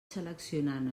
seleccionant